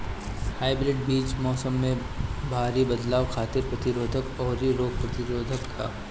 hybrid बीज मौसम में भारी बदलाव खातिर प्रतिरोधी आउर रोग प्रतिरोधी ह